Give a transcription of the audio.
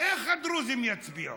איך הדרוזים יצביעו?